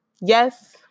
Yes